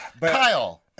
Kyle